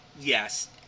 Yes